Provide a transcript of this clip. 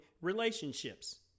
relationships